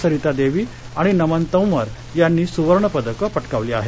सरिता देवी आणि नमन तंवर यांनी सुवर्ण पदकं पटकावली आहेत